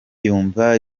yumva